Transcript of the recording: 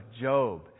Job